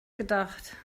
gedacht